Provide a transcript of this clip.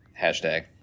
hashtag